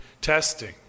testing